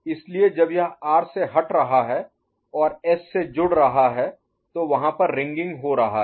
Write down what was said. इसलिए जब यह R से हट रहा है और S से जुड़ रहा है तो वहाँ पर रिंगिंग हो रहा है